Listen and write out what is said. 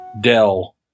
Dell